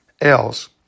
else